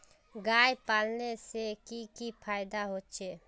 गाय पालने से की की फायदा होचे?